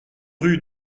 rue